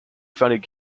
founded